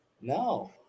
No